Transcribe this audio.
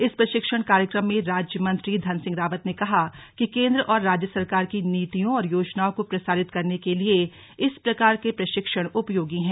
इस प्रशिक्षण कार्यक्रम में राज्य मंत्री धन सिंह रावत ने कहा कि केंद्र और राज्य सरकार की नीतियों और योजनाओं को प्रसारित करने के लिए इस प्रकार के प्रशिक्षण उपयोगी हैं